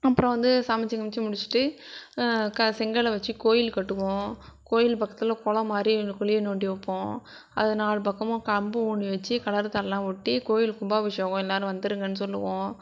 அப்புறம் வந்து சமச்சு கிமச்சு முடித்திட்டு க செங்கலை வச்சு கோயில் கட்டுவோம் கோயில் பக்கத்தில் குளம் மாதிரி ஒரு குழியை நோண்டி வைப்போம் அது நாலு பக்கமும் கம்பு ஊனி வச்சு கலர் தாள்லாம் ஒட்டி கோயில் கும்பாபிஷேகம் எல்லோரும் வந்துடுங்கன்னு சொல்லுவோம்